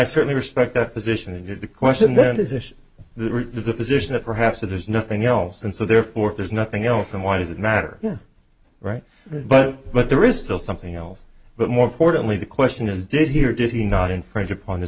certainly respect that position and you're the question then is it the root of the position that perhaps there's nothing else and so therefore if there's nothing else and why does it matter right but but there is still something else but more importantly the question is did he or did he not infringe upon his